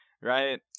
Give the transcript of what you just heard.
Right